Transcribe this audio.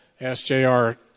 SJR